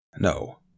No